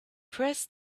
press